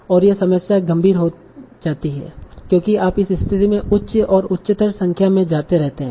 और यह समस्या गंभीर हो जाती है क्योंकि आप इस स्थिति में उच्च और उच्चतर संख्या में जाते रहते हैं